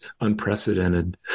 unprecedented